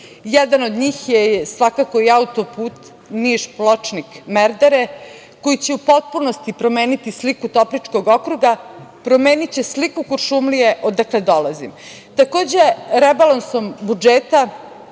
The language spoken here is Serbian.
od njih je svakako i auto-put Niš – Pločnik – Merdare koji će u potpunosti promeniti sliku Topličkog okruga, promeniće sliku Kuršumlije, odakle dolazim. Takođe, rebalansom budžeta